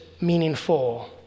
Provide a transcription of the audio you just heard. meaningful